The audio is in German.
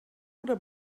oder